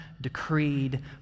decreed